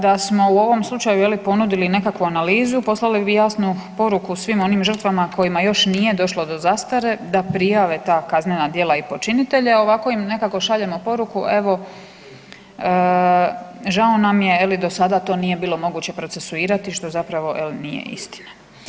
Da smo u ovom slučaju ponudili nekakvu analizu, poslali bi jasnu poruku svim onim žrtvama kojima još nije došlo do zastare da prijave ta kaznena djela i počinitelje, a ovako im nekako šaljemo poruku, evo, žao nam je, je li, do sada to nije bilo moguće procesuirati, što zapravo nije istina.